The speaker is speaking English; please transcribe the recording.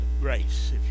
grace